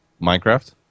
Minecraft